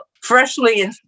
freshly